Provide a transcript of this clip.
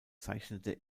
zeichnete